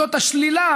זה השלילה,